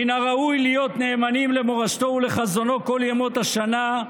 מן הראוי להיות נאמנים למורשתו ולחזונו כל ימות השנה,